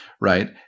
right